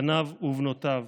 בניו ובנותיו.